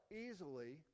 easily